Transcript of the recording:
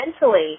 mentally –